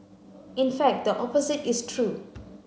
in fact the opposite is true